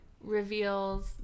reveals